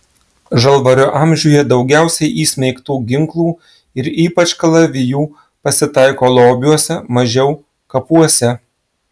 žalvario amžiuje daugiausiai įsmeigtų ginklų ir ypač kalavijų pasitaiko lobiuose mažiau kapuose